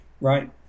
Right